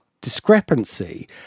discrepancy